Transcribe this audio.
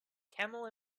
camel